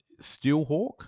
Steelhawk